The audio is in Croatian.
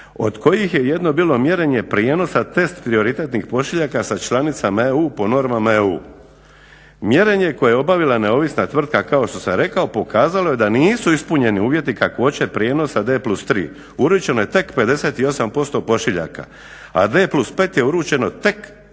od kojih je jedno bilo mjerenje prijenosa, test prioritetnih pošiljaka sa članicama EU po normama EU. Mjerenje koje je obavila neovisna tvrtka kao što sam rekao, pokazalo je da nisu ispunjeni uvjeti kakvoće prijenosa D+3. Uručeno je tek 58% pošiljaka, a D+5 je uručeno tek 88%